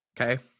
Okay